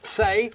say